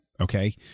Okay